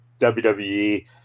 WWE